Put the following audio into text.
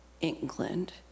England